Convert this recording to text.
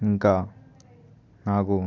ఇంకా నాకు